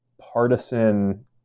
partisan